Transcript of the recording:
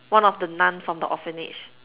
one of the Nun from the orphanage